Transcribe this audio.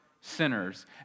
sinners